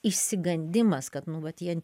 išsigandimas kad nu vat jie